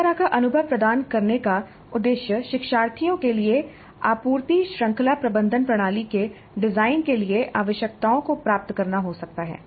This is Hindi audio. इस तरह का अनुभव प्रदान करने का उद्देश्य शिक्षार्थियों के लिए आपूर्ति श्रृंखला प्रबंधन प्रणाली के डिजाइन के लिए आवश्यकताओं को प्राप्त करना हो सकता है